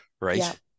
right